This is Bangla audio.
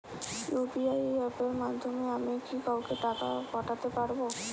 ইউ.পি.আই এর মাধ্যমে কি আমি কাউকে টাকা ও পাঠাতে পারবো?